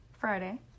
Friday